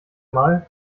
mal